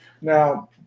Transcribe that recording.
Now